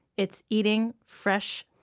it's eating fresh,